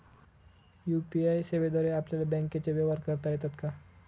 UPI सेवेद्वारे आपल्याला बँकचे व्यवहार करता येतात का?